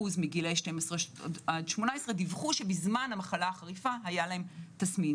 מגילאי 12 עד 18 דיווחו שבזמן המחלה החריפה היה להם תסמין.